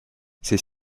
ces